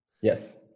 Yes